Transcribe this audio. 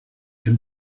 can